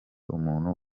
umuntu